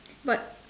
but